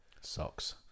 Socks